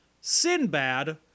Sinbad